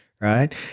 right